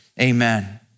Amen